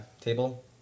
table